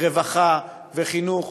ורווחה, וחינוך.